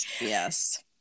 Yes